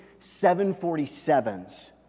747s